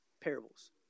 parables